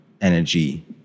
energy